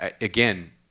again